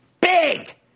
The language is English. big